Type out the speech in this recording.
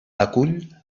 acull